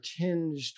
tinged